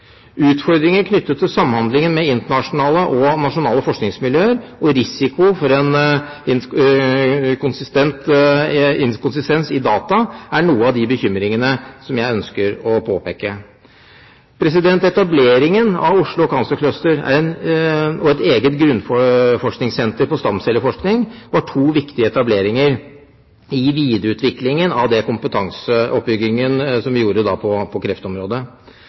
Utfordringer knyttet til samhandling med internasjonale og nasjonale forskningsmiljøer og risiko for inkonsistens i data er noen av de bekymringene som jeg ønsker å påpeke. Etableringen av Oslo Cancer Cluster og et eget grunnforskningssenter på stamcelleforskning var to viktige etableringer i videreutviklingen av den kompetanseoppbyggingen som vi gjorde på kreftområdet.